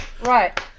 right